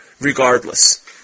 regardless